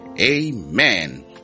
Amen